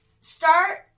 start